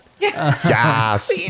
Yes